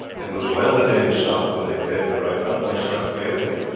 it was well the danes stopped when they did, for i felt my strength failing me,